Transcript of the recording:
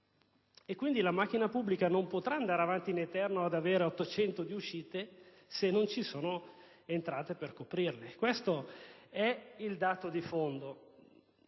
quindi la macchina pubblica non potrà andare avanti in eterno ad avere 800 miliardi di uscite se non ci sono le entrate per coprirle. Questo è il dato di fondo.